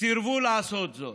סירבו לעשות זאת.